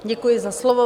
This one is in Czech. Děkuji za slovo.